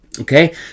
Okay